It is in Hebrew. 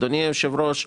אדוני היושב ראש,